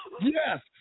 Yes